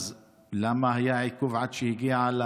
אז למה היה עיכוב עד שהיא הגיעה?